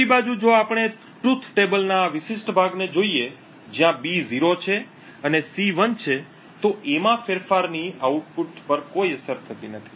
બીજી બાજુ જો આપણે સત્ય કોષ્ટક ના આ વિશિષ્ટ ભાગને જોઈએ જ્યાં B 0 છે અને C 1 છે તો A માં ફેરફારની આઉટપુટ પર કોઈ અસર નથી